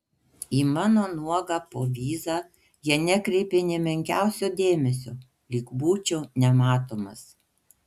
į mano nuogą povyzą jie nekreipė nė menkiausio dėmesio lyg būčiau nematomas